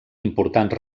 importants